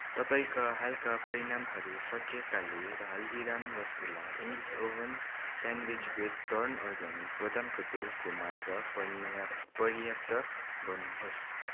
तपाईँका हालका परिमाणहरू सकिएकाले Haldiram rasgulla English oven sandwich bread र टर्न अर्गानिक बदामको तेलको मात्र परिहार पर्याप्त गर्नु होस्